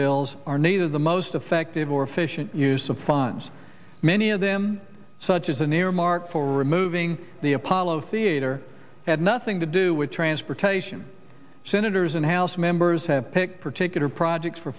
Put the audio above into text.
bills are neither the most effective or efficient use of funds many of them such as an earmark for removing the apollo theater had nothing to do with transportation senators and house members have picked particular projects for